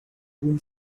room